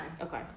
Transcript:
Okay